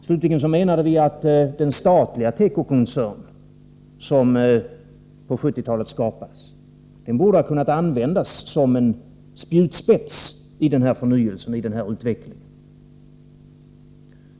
Slutligen ansåg vi att den statliga tekokoncern som hade skapats under 1970-talet borde ha kunnat användas som en spjutspets i denna förnyelse och utveckling.